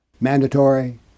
Mandatory